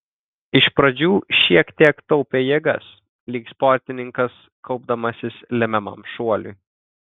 iš pradžių šiek tiek taupė jėgas lyg sportininkas kaupdamasis lemiamam šuoliui